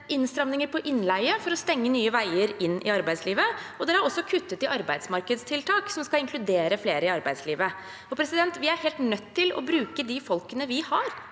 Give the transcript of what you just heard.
innstramminger på innleie for å stenge nye veier inn i arbeidslivet, og de har kuttet i arbeidsmarkedstiltak som skal inkludere flere i arbeidslivet. Vi er helt nødt til å bruke de folkene vi har